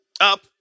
up